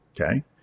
okay